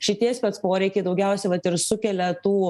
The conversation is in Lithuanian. šitie spec poreikiai daugiausia vat ir sukelia tų